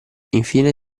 infine